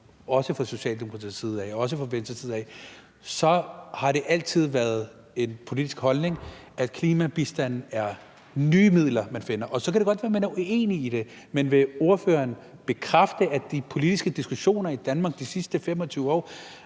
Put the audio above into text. også fra Socialdemokratiets side af og også fra Venstres side af, har det altid været en politisk holdning, at klimabistanden er nye midler, man finder? Og så kan det godt være, at man er uenig i det, men vil ordføreren bekræfte, at de politiske diskussioner i Danmark de sidste 25 år